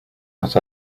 that